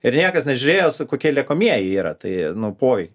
ir niekas nežiūrėjo su kokie liekamieji yra tai nu povei